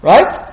Right